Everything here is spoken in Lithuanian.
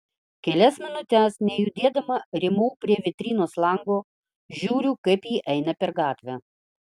kelias minutes nejudėdama rymau prie vitrinos lango žiūriu kaip ji eina per gatvę